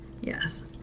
Yes